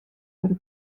per